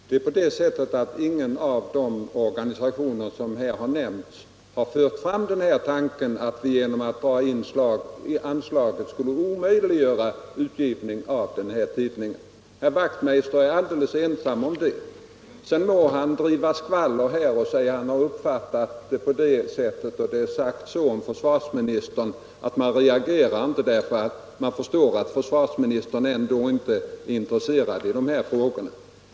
Fru talman! Ingen av de organisationer som här har nämnts har fört fram tanken på att vi genom att dra in anslaget skulle omöjliggöra utgivningen av tidningen. Herr Wachtmeister är alldeles ensam om den ståndpunkten. Sedan må han här driva skvaller och säga att han uppfattat sakerna på det ena eller andra sättet, och att man sagt att man låtit bli att reagera eftersom man vet att försvarsministern ändå inte är intresserad av dessa frågor.